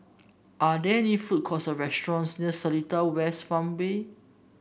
are there food courts or restaurants near Seletar West Farmway